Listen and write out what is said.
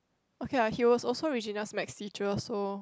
okay ah he was also Regina's maths teacher so